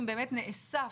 אם באמת נאסף